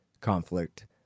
conflict